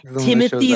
Timothy